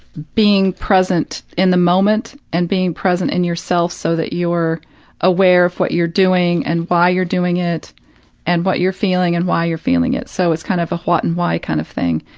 being present in the moment and being present in yourself so that you're aware of what you're doing and why you're doing it and what you're feeling and why you're feeling it. so, it's kind of a what and why kind of thing,